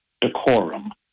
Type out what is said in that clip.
Decorum